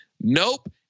Nope